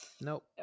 Nope